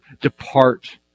depart